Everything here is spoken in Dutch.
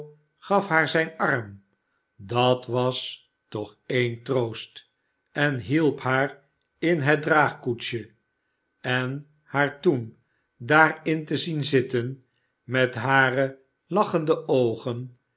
gaf haar zijn arm dat was toch een troost en hielp haar in het draagkoetsje en haar toen daar in te zien zitten met hare lachende oogen